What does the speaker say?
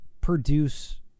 produce